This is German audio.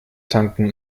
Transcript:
tanken